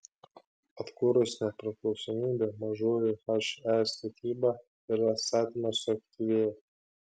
atkūrus nepriklausomybę mažųjų he statyba ir atstatymas suaktyvėjo